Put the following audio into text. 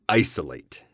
isolate